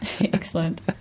Excellent